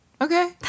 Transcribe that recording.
Okay